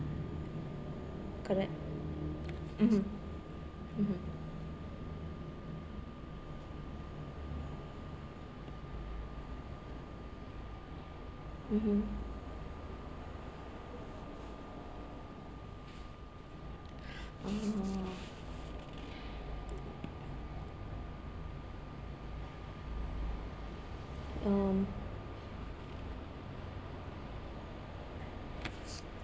correct mmhmm mmhmm mmhmm uh um